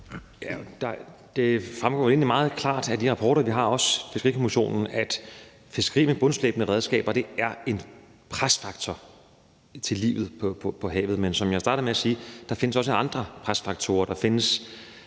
egentlig også meget klart af de rapporter, vi har fra Fiskerikommissionen, at fiskeri med bundslæbende redskaber er en presfaktor for livet på havet. Men som jeg startede med at sige, findes der også andre presfaktorer.